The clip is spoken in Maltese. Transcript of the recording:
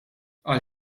għal